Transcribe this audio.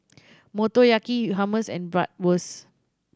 Motoyaki Hummus and Bratwurst